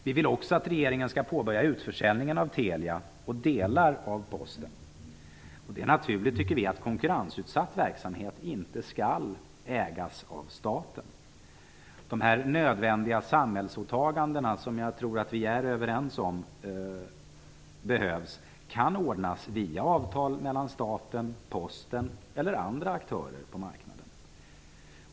Vi vill också regeringen skall påbörja utförsäljningen av Telia och delar av Posten AB. Det är naturligt att konkurrensutsatt verksamhet inte skall ägas av staten. De nödvändiga samhällsåtaganden som vi är överens om behövs kan ordnas via avtal mellan staten och Posten AB eller andra aktörer på marknaden.